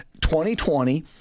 2020